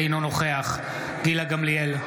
אינו נוכח גילה גמליאל,